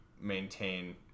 maintain